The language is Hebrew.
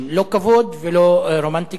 לא כבוד ולא רומנטיקה.